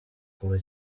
kuva